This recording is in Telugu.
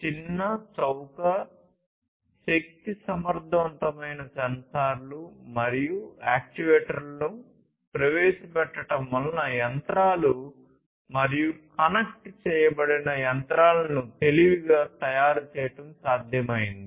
చిన్న చౌక శక్తి సమర్థవంతమైన సెన్సార్లు మరియు యాక్యుయేటర్లను ప్రవేశపెట్టడం వలన యంత్రాలు మరియు కనెక్ట్ చేయబడిన యంత్రాలను తెలివిగా తయారుచేయడం సాధ్యమైంది